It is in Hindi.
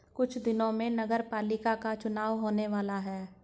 कुछ दिनों में नगरपालिका का चुनाव होने वाला है